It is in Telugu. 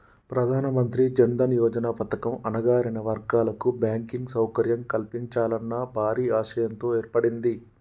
ప్రధానమంత్రి జన్ దన్ యోజన పథకం అణగారిన వర్గాల కు బ్యాంకింగ్ సౌకర్యం కల్పించాలన్న భారీ ఆశయంతో ఏర్పడింది